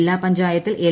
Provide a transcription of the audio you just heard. ജില്ലാ പഞ്ചായത്തിൽ എൽ